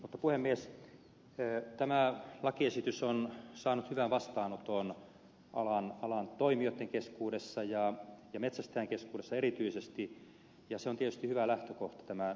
mutta puhemies tämä lakiesitys on saanut hyvän vastaanoton alan toimijoitten keskuudessa ja metsästäjien keskuudessa erityisesti ja se on tietysti hyvä lähtökohta tälle lakiuudistukselle